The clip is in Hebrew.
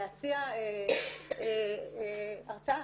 להציע הרצאה,